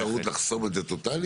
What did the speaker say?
אין אפשרות לחסום את זה טוטאלית?